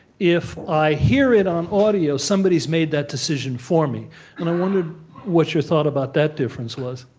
if i hear it on audio somebody's made that decision for me and i wondered what you thought about that difference was?